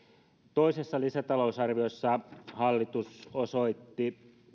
toisessa lisätalousarviossa hallitus osoitti